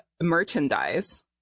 merchandise